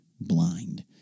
Blind